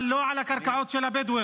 אבל לא על הקרקעות של הבדואים.